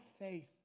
faith